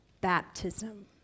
baptism